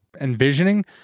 envisioning